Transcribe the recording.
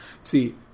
See